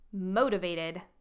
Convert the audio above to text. motivated